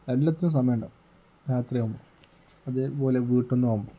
എല്ലാറ്റിനും സമയമുണ്ടാകും രാത്രി ആകുമ്പോൾ അതേ പോലെ വീട്ടിൽ നിന്നാകുമ്പോൾ